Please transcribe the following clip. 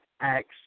Acts